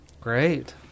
Great